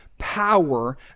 power